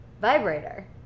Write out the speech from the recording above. vibrator